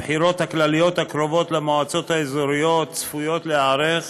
הבחירות הכלליות הקרובות למועצות האזוריות צפויות להיערך